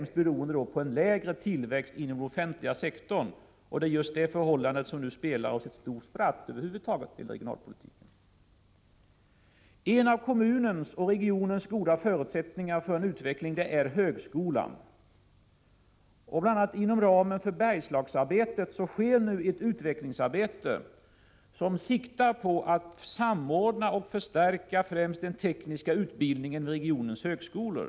Detta beror främst på en lägre tillväxt inom den offentliga sektorn, och det är just det förhållandet som nu spelar oss ett stort spratt inom regionalpolitiken över huvud taget. En av kommunens och regionens goda förutsättningar för en utveckling är högskolan. Bl. a. inom ramen för Bergslagsarbetet sker nu en utveckling som siktar till att samordna och förstärka främst den tekniska utbildningen i regionens högskolor.